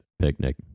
picnic